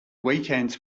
weekends